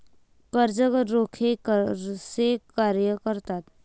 कर्ज रोखे कसे कार्य करतात?